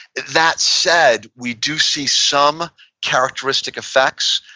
that said, we do see some characteristic effects.